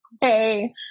Hey